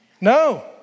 No